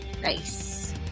Nice